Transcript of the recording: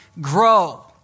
grow